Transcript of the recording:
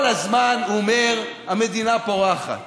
כל הזמן הוא אומר: המדינה פורחת.